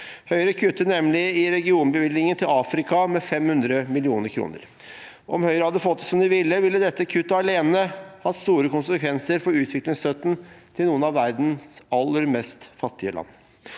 Høyre kutter nemlig i regionbevilgningen til Afrika med 500 mill. kr. Om Høyre hadde fått det som de ville, ville dette kuttet alene hatt store konsekvenser for utviklingsstøtten til noen av verdens aller fattigste land.